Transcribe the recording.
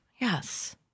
Yes